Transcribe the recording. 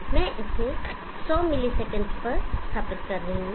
मैं इसे 100 मिलीसेकंड पर स्थापित कर रहा हूं